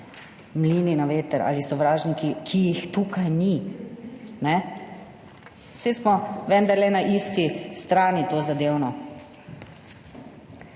mlini na veter ali sovražniki, ki jih tukaj ni. Saj smo vendarle na isti strani, tozadevno.